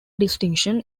distinction